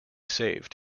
saved